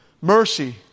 mercy